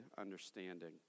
understanding